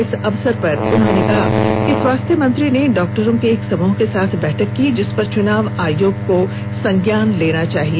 इस अवसर पर उन्होंने कहा कि स्वास्थ्य मंत्री ने डॉक्टरों के एक समूह के साथ बैठक की जिसपर चुनाव आयोग को संज्ञान लेना चाहिए